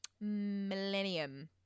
Millennium